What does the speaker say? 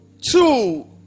two